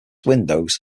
windows